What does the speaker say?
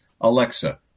Alexa